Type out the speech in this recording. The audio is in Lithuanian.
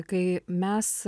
kai mes